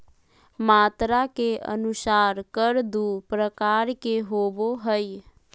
मात्रा के अनुसार कर दू प्रकार के होबो हइ